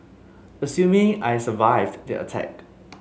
assuming I survived the attack